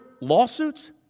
lawsuits